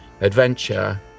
adventure